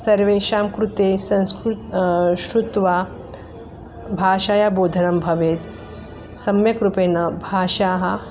सर्वेषां कृते संस्कृतं श्रुत्वा भाषयाः बोधनं भवेत् सम्यक् रूपेण भाषाः